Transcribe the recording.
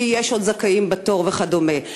כי יש עוד זכאים בתור וכדומה.